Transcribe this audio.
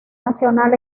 nacional